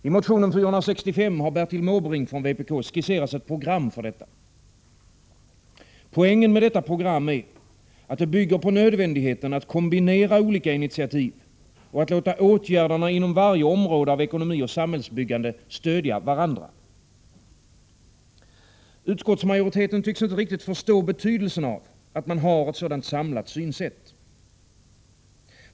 I motionen 465 har Bertil Måbrink från vpk skisserat ett program för detta. Poängen med detta program är att det bygger på nödvändigheten att kombinera olika initiativ och att låta åtgärderna inom varje område av ekonomi och samhällsbyggande stödja varandra. Utskottsmajoriteten tycks inte riktigt förstå betydelsen av att man har ett sådant samlat synsätt.